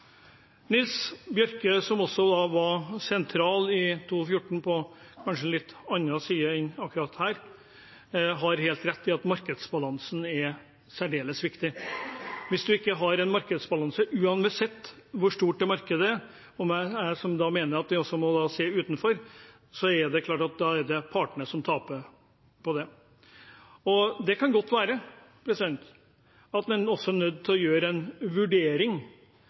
Nils T. Bjørke, som var sentral også i 2014 – kanskje på en litt annen måte enn akkurat i dag – har helt rett i at markedsbalansen er særdeles viktig. Hvis man ikke har markedsbalanse, vil partene, uansett hvor stort markedet er – jeg er blant dem som mener at vi må se utenfor Norge også – tape på det. Det kan godt være at man er nødt til å gjøre en vurdering